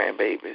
grandbabies